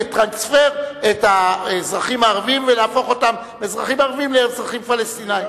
לטרנספר את האזרחים הערבים ולהפוך אותם מאזרחים ערבים לאזרחים פלסטינים.